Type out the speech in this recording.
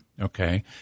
Okay